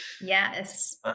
yes